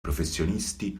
professionisti